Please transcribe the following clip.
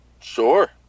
Sure